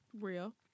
real